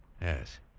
Yes